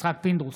יצחק פינדרוס,